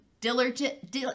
diligent